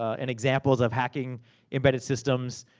and examples of hacking embedded systems,